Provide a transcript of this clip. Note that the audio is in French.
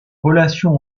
relations